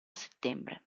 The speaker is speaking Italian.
settembre